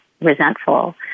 resentful